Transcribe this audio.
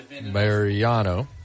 Mariano